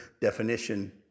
definition